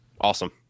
Awesome